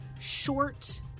short